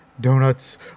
Donuts